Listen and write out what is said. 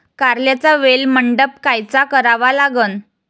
कारल्याचा वेल मंडप कायचा करावा लागन?